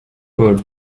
paul